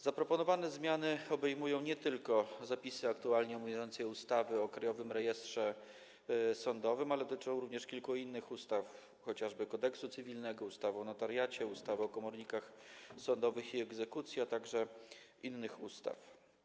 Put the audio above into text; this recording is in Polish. Zaproponowane zmiany nie tylko obejmują zapisy aktualnie obowiązującej ustawy o Krajowym Rejestrze Sądowym, ale również dotyczą kilku innych ustaw, chociażby Kodeksu cywilnego, ustawy o notariacie, ustawy o komornikach sądowych i egzekucji, a także innych ustaw.